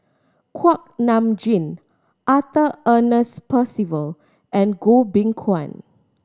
Kuak Nam Jin Arthur Ernest Percival and Goh Beng Kwan